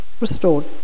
restored